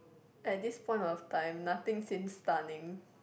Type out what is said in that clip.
at this point of time nothing seems stunning